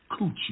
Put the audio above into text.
coochie